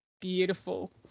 beautiful